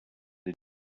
the